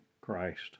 Christ